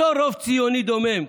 אותו רוב ציוני דומם,